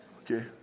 Okay